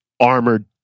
armored